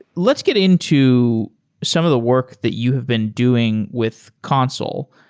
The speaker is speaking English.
let's get into some of the work that you have been doing with consul.